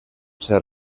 ser